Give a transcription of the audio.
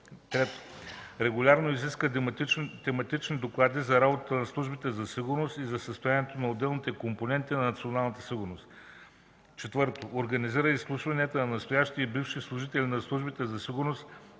3. регулярно изисква тематични доклади за работата на службите за сигурност и за състоянието на отделните компоненти на националната сигурност; 4. организира изслушвания на настоящи и бивши служители на службите за сигурност,